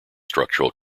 structural